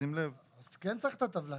שים לב --- אז כן צריך את הטבלה,